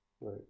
Right